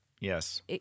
yes